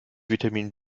vitamin